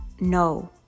no